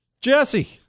Jesse